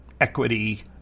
equity